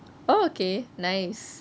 oh okay nice